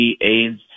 AIDS